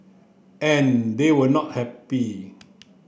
and they were not happy